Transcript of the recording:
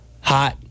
Hot